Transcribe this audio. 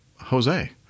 Jose